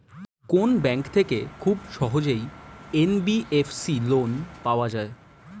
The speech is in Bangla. কোন ব্যাংক থেকে খুব সহজেই এন.বি.এফ.সি লোন পাওয়া যায়?